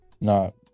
No